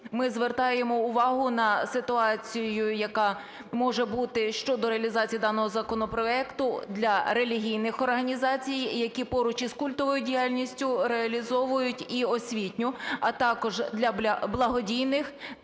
Ми звертаємо увагу на ситуацію, яка може бути щодо реалізації даного законопроекту для релігійних організацій, які поруч із культовою діяльністю реалізовують і освітню, а також для благодійних